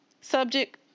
Subject